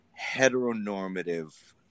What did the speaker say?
heteronormative